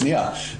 שניה.